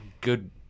good